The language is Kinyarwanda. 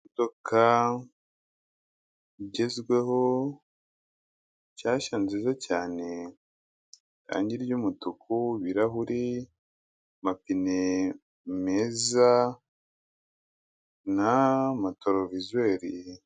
Imodoka igezweho nshyashya nziza cyane, irangi ry'umutuku, ibirahuri, amapine meza n'amaretorovizeri.